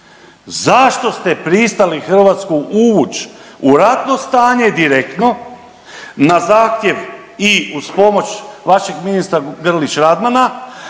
zašto ste pristali Hrvatsku uvuć u ratno stanje direktno na zahtjev i uz pomoć vašeg ministra Grlić Radmana